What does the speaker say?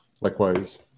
Likewise